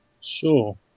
Sure